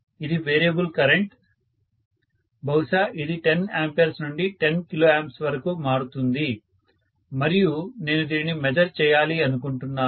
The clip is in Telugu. ఇది వేరియబుల్ కరెంటు బహుశా ఇది 10A నుండి 10kA వరకు మారుతుంది మరియు నేను దీనిని మెజర్ చేయాలి అనుకుంటున్నాను